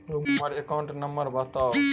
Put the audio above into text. हम्मर account number बताऊ?